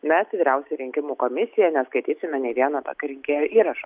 mes vyriausioji rinkimų komisija neskaitysime nei vieno tokio rinkėjo įrašo